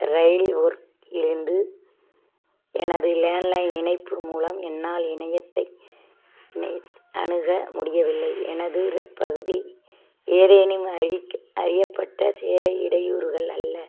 rail work இலிருந்து எனது landline இணைப்பு மூலம் என்னால் இணையத்தை இணைத் அணுக முடியவில்லை எனதுப் பகுதி ஏதேனும் அறிவிக்கப் அறியப்பட்ட சேவை இடையூறுகள் அல்லது